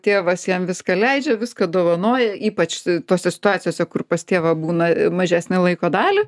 tėvas jam viską leidžia viską dovanoja ypač tose situacijose kur pas tėvą būna mažesnę laiko dalį